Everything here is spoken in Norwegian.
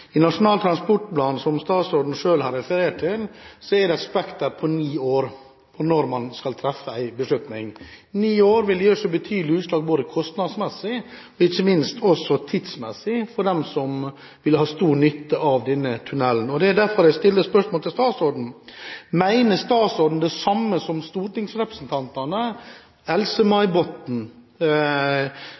I Nasjonal transportplan, som statsråden selv har referert til, er det et tidsaspekt på ni år for når man skal treffe en beslutning. Ni år vil gi seg betydelige utslag kostnadsmessig og ikke minst tidsmessig for dem som vil ha stor nytte av denne tunnelen. Det er derfor jeg stiller spørsmål til statsråden: Mener statsråden det samme som stortingsrepresentantene Else-May Botten,